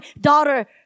daughter